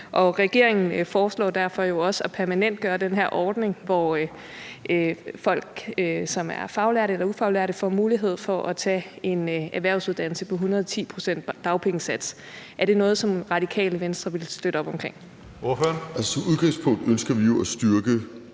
regeringen foreslår jo derfor også at permanentgøre den her ordning, hvor folk, som er faglærte eller ufaglærte, får mulighed for at tage en erhvervsuddannelse på 110 pct. dagpengesats. Er det noget, som Radikale Venstre vil støtte op omkring? Kl. 17:56 Tredje